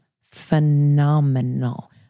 phenomenal